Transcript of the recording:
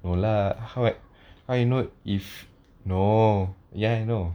no lah how how I know if no ya I know